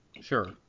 Sure